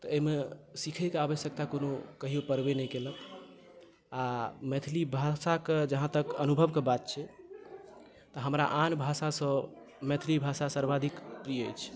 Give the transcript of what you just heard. तऽ एहिमे सिखयके आवश्यकता कोनो कहियो पड़बे नहि कयलक आ मैथिली भाषाके जहाँ तक अनुभवके बात छै तऽ हमरा आन भाषासँ मैथिली भाषा सर्वाधिक प्रिय अछि